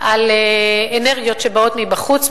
על אנרגיות שבאות מבחוץ,